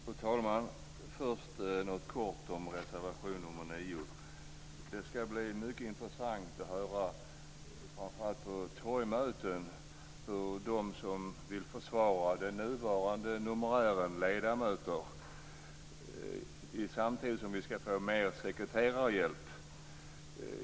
Fru talman! Först vill jag säga något kort om reservation nr 9. Det ska bli mycket intressant att höra, framför allt på torgmöten, dem som vill försvara den nuvarande numerären ledamöter samtidigt som vi ska få mer sekreterarhjälp.